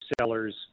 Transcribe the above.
sellers